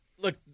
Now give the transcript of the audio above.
Look